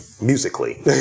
Musically